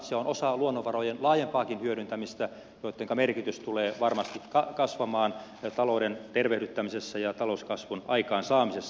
se on osa luonnonvarojen laajempaakin hyödyntämistä joittenka merkitys tulee varmasti kasvamaan talouden tervehdyttämisessä ja talouskasvun aikaansaamisessa